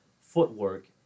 footwork